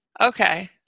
Okay